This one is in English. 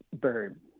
bird